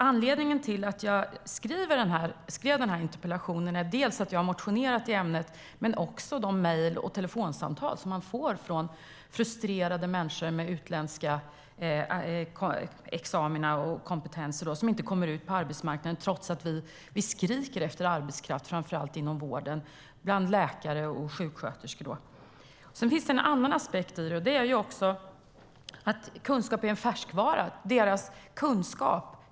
Anledningen till att jag ställde interpellationen är dels att jag har motionerat i ämnet, dels alla de mejl och telefonsamtal som jag har fått från frustrerade människor med utländska examina och kompetenser som inte kommer ut på arbetsmarknaden trots att vi skriker efter arbetskraft, framför allt efter läkare och sjuksköterskor inom vården. Det finns även en annan aspekt. Kunskap är en färskvara.